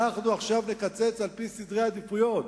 אנחנו נקצץ עכשיו על-פי סדרי עדיפויות.